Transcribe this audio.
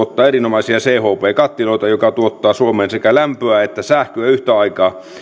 tuottaa erinomaisia chp kattiloita jotka tuottavat suomeen sekä lämpöä että sähköä yhtä aikaa